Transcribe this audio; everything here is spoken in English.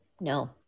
no